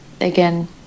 again